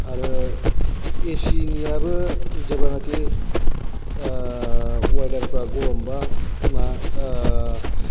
आरो एसिनिआबो जेब्लानाकि अवेडारफ्रा गरमबा मा